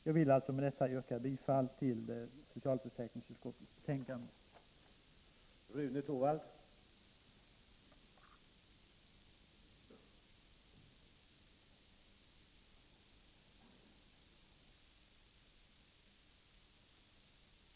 Jag vill med detta yrka bifall till socialförsäkringsutskottets hemställan i betänkande 2.